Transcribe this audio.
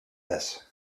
this